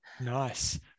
Nice